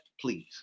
please